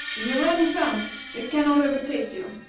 if you run fast they cannot overtake you.